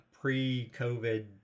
pre-COVID